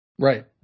Right